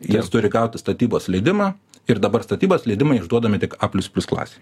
jis turi gauti statybos leidimą ir dabar statybos leidimai išduodami tik a plius plius klasei